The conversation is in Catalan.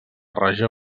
regió